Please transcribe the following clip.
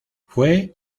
fue